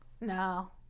No